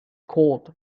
called